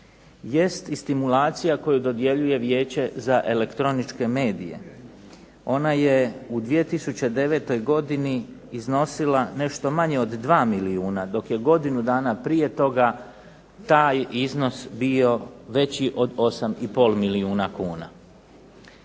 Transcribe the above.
jest i stimulacija koju dodjeljuje Vijeće za elektroničke medije, ona je u 2009. godini iznosila nešto manje od 2 milijuna, dok je godinu dana prije toga taj iznos bio veći od 8 i pol milijuna kuna.